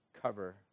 cover